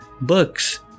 Books